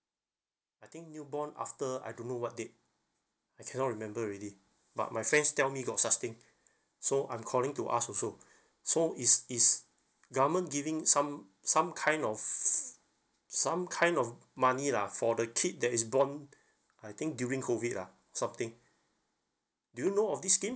I think newborn after I don't know what date I cannot remember already but my friends tell me got such thing so I'm calling to ask also so is is government giving some some kind of some kind of money lah for the kid that is born I think during COVID lah sort of thing do you know of this scheme